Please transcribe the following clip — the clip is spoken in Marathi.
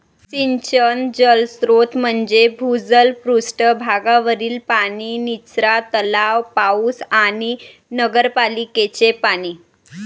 सिंचन जलस्रोत म्हणजे भूजल, पृष्ठ भागावरील पाणी, निचरा तलाव, पाऊस आणि नगरपालिकेचे पाणी